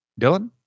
Dylan